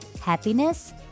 happiness